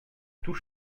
tout